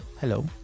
hello